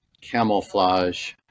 camouflage